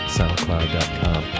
SoundCloud.com